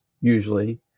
usually